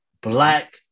black